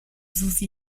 susi